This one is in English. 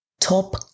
top